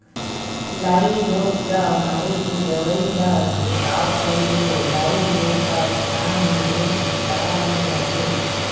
लाई रोग ल मारे के दवई ल छिड़काव करे ले लाई रोग ह किसान मन ले छुटकारा मिल जथे